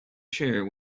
chair